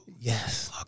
Yes